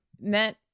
met